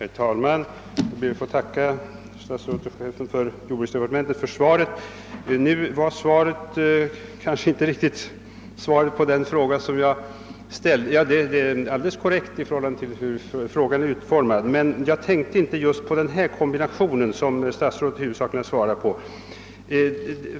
Herr talman! Jag ber att få tacka herr statsrådet och chefen för jordbruksdepartementet för svaret. Svaret är helt korrekt med tanke på frågans utformning men jag fick kanske inte riktigt det svar som jag väntade mig, eftersom jag inte tänkte just på den kombination som statsrådet berörde.